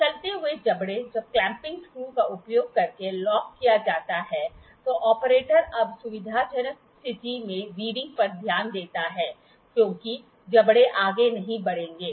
चलते हुए जबड़े जब क्लैम्पिंग स्क्रू का उपयोग करके लॉक किया जाता है तो ऑपरेटर अब सुविधाजनक स्थिति में रीडिंग पर ध्यान देता है क्योंकि जबड़े आगे नहीं बढ़ेंगे